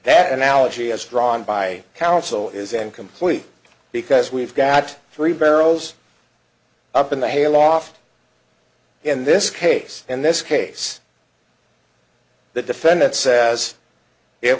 that analogy as drawn by counsel is incomplete because we've got three barrels up in the hayloft in this case in this case the defendant says it